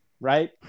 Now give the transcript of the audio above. right